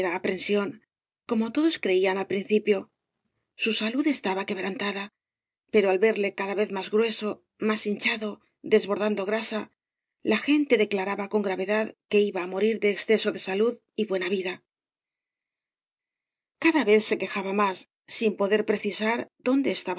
aprensión como todos creían al principio su salud estaba quebrantada pero al verle cada vez más grueso más hinchado desbordando grasa la gente declaraba con gravedad que iba á morir de exceso de salud y buena vida cada vez se quejaba más sin poder precisar dónde